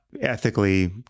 ethically